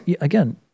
Again